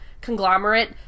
conglomerate